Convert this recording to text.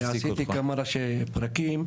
כבודו, אני עשיתי כמה ראשי פרקים.